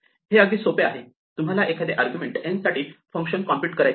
हे अगदी सोपे आहे तुम्हाला एखादे आर्ग्युमेंट n साठी फंक्शन कॉम्प्युट करायचे आहे